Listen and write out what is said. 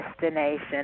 destination